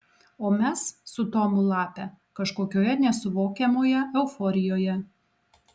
o mes su tomu lape kažkokioje nesuvokiamoje euforijoje